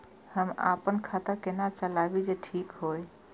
हम अपन खाता केना चलाबी जे ठीक होय?